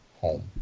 home